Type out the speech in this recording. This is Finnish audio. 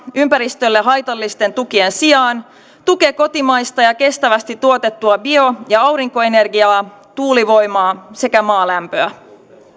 ympäristölle haitallisten tukien sijaan tukee kotimaista ja kestävästi tuotettua bio ja aurinkoenergiaa tuulivoimaa sekä maalämpöä